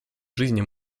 жизни